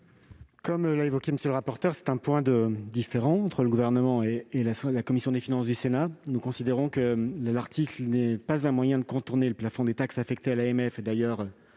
Comme l'a dit M. le rapporteur général, c'est un point de divergence entre le Gouvernement et la commission des finances du Sénat. Nous considérons que l'article n'est pas un moyen de contourner le plafond des taxes affectées à l'AMF. D'ailleurs,